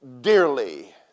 dearly